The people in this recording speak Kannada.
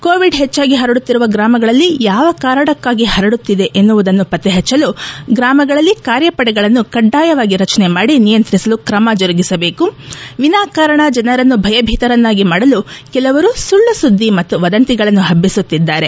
ಕೋವಿಡ್ ಹೆಚ್ಚಾಗಿ ಪರಡುತ್ತಿರುವ ಗ್ರಾಮಗಳಲ್ಲಿ ಯಾವ ಕಾರಣಕ್ಕಾಗಿ ಪರಡುತ್ತಿದೆ ಎನ್ನುವುದನ್ನು ಪತ್ತೆಪಚ್ಚಲು ಗ್ರಾಮಗಳಲ್ಲಿ ಕಾರ್ಯಪಡೆಗಳನ್ನು ಕಡ್ವಾಯವಾಗಿ ರಚನೆ ಮಾಡಿ ನಿಯಂತ್ರಿಸಲು ಕ್ರಮ ಜರುಗಿಸಬೇಕು ವಿನಾಕಾರಣ ಜನರನ್ನು ಭಯಭೀತರನ್ನಾಗಿ ಮಾಡಲು ಕೆಲವರು ಸುಳ್ಳುಸುದ್ದಿ ಮತ್ತು ವದಂತಿಗಳನ್ನು ಹಬ್ಬಿಸುತ್ತಿದ್ದಾರೆ